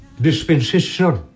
dispensation